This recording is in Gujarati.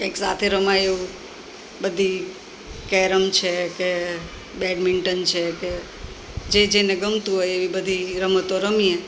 કંઇક સાથે રમાય એવું બધી કેરમ છે કે બેડમિન્ટન છે કે જે જેને ગમતું હોય એવી બધી રમતો રમીએ